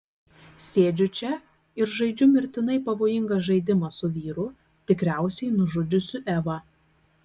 sėdžiu čia ir žaidžiu mirtinai pavojingą žaidimą su vyru tikriausiai nužudžiusiu evą